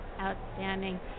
Outstanding